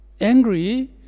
angry